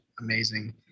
amazing